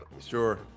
Sure